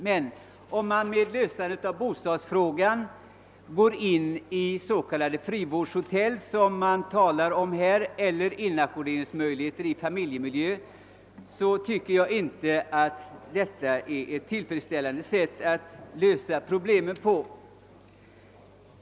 Men om man vid lösandet av bostadsproblemen går in för s.k. frivårdshotell, som man här talar om, eller inackordering i familjemiljö, tycker jag inte det är tillfredsställande.